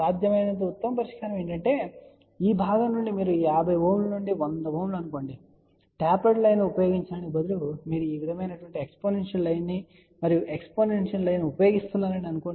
సాధ్యమైనంత ఉత్తమమైన పరిష్కారం ఏమిటంటే ఈ భాగం నుండి మీరు 50 Ω నుండి 100Ω అనుకోండి టాపర్డ్ లైన్ని ఉపయోగించడానికి బదులుగా మీరు ఈ విధమైన ఎక్స్పోనెన్షియల్ లైన్ని మరియు ఎక్స్పోనెన్షియల్ లైన్ ఉపయోగిస్తున్నారని అని పరిగణించండి